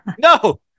No